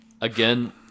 Again